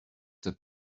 the